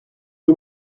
est